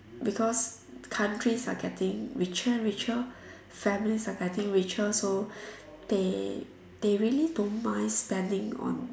because countries are getting richer and richer families are getting richer so they they really don't mind spending on